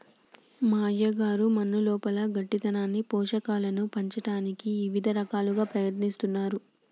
మా అయ్యగారు మన్నులోపల గట్టితనాన్ని పోషకాలను పంచటానికి ఇవిద రకాలుగా ప్రయత్నిస్తున్నారు